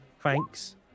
thanks